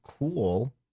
Cool